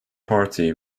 party